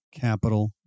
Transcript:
Capital